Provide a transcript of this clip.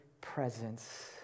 presence